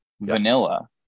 vanilla